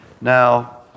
Now